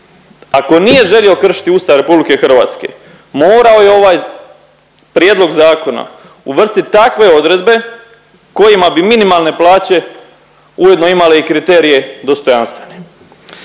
ako nije želio kršiti Ustav RH morao je u ovaj prijedlog zakona uvrstit takve odredbe kojima bi minimalne plaće ujedno imale i kriterije dostojanstvene.